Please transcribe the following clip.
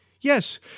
yes